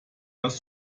das